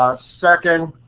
ah second,